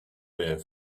beer